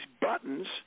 buttons